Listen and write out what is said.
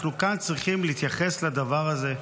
אנחנו כאן צריכים להתייחס לדבר הזה,